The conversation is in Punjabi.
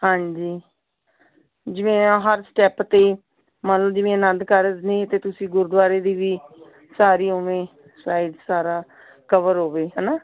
ਹਾਂਜੀ ਜਿਵੇਂ ਹਾਂ ਹਰ ਸਟੈੱਪ 'ਤੇ ਮੰਨ ਲਓ ਜਿਵੇਂ ਆਨੰਦ ਕਾਰਜ ਨੇ ਅਤੇ ਤੁਸੀਂ ਗੁਰਦੁਆਰੇ ਦੀ ਵੀ ਸਾਰੀ ਉਵੇਂ ਸਾਇਡ ਸਾਰਾ ਕਵਰ ਹੋਵੇ ਹੈ ਨਾ